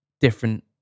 different